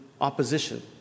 opposition